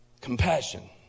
Compassion